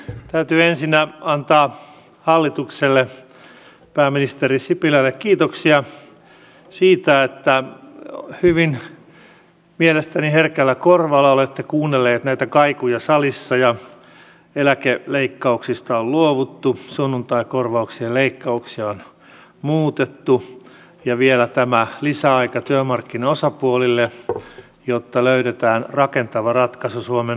täytyy ensinnä antaa hallitukselle pääministeri sipilälle kiitoksia siitä että hyvin mielestäni herkällä korvalla olette kuunnelleet näitä kaikuja salissa ja eläkeleikkauksista on luovuttu sunnuntaikorvauksien leikkauksia on muutettu ja vielä tämä lisäaika työmarkkinaosapuolille jotta löydetään rakentava ratkaisu suomen nousuun